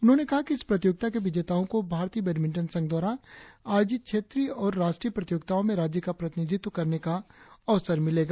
उन्होंने कहा कि इस प्रतियोगिता के विजेताओं को भारतीय बैडमिंटन संघ द्वारा आयोजित क्षेत्रिय और राष्ट्रीय प्रतियोगिताओं में राज्य का प्रतिनिधित्व करने का अवसर मिलेगा